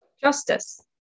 Justice